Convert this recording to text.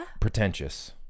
pretentious